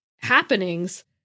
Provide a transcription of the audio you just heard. happenings